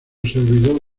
servidor